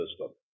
system